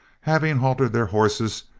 having halted their horses,